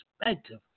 perspective